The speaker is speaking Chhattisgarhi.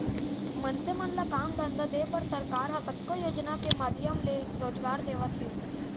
मनसे मन ल काम धंधा देय बर सरकार ह कतको योजना के माधियम ले रोजगार देवत हे